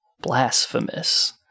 Blasphemous